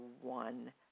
one